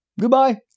Goodbye